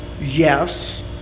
yes